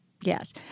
Yes